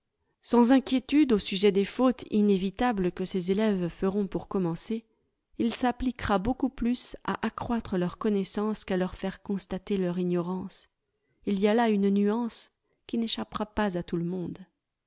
sans inquiétude au sujet des fautes inévitables que ses élèves feront pour commencer il s'appliquera beaucoup plus à accroître leurs connaissances qu'à leur faire constater leur ignorance il y a là une nuance qui n'échappera pas à tout le monde